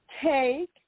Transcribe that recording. take